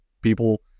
people